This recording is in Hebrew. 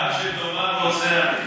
עד שתאמר: רוצה אני.